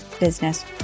business